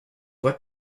voie